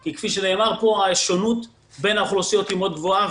כי כפי שנאמר פה השונוּת בין האוכלוסיות גבוהה מאוד,